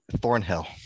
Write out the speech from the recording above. Thornhill